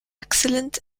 excellent